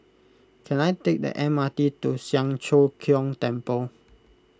can I take the M R T to Siang Cho Keong Temple